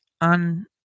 on